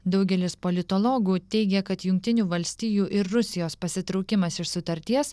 daugelis politologų teigia kad jungtinių valstijų ir rusijos pasitraukimas iš sutarties